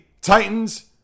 Titans